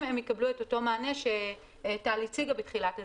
יקבלו את אותו מענה שטל הציגה בתחילת הדברים.